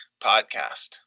podcast